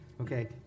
okay